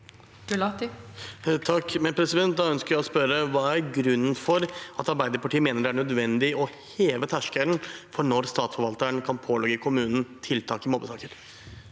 (FrP) Da ønsker jeg å spørre: Hva er grunnen til at Arbeiderpartiet mener det er nødvendig å heve terskelen for når Statsforvalteren kan pålegge kommunen tiltak i mobbesaker?